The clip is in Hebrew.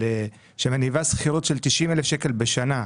שמניבה שכירות של כ-90,000 ₪ בשנה,